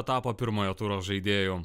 etapo pirmojo turo žaidėju